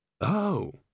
Oh